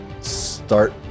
start